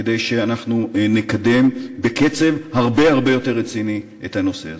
כדי לקדם בקצב הרבה הרבה יותר רציני את הנושא הזה.